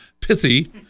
pithy